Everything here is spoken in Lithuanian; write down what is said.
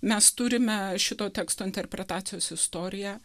mes turime šito teksto interpretacijos istoriją